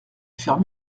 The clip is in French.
faire